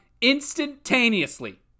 instantaneously